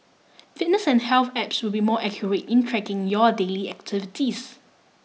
fitness and health apps will be more accurate in tracking your daily activities